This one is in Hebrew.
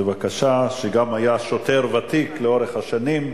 בבקשה, גם היה שוטר ותיק לאורך השנים,